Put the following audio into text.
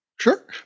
Sure